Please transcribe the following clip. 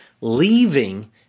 leaving